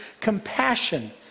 compassion